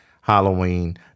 Halloween